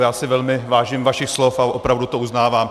Já si velmi vážím vašich slov a opravdu to uznávám.